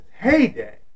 heyday